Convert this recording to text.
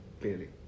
clearly